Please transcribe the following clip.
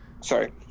Sorry